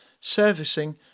servicing